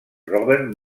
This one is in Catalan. robert